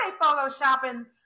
photoshopping